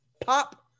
pop